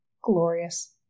glorious